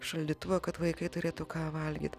šaldytuvą kad vaikai turėtų ką valgyt